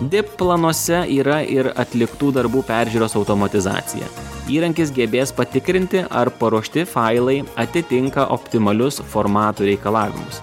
dip planuose yra ir atliktų darbų peržiūros automatizacija įrankis gebės patikrinti ar paruošti failai atitinka optimalius formatų reikalavimus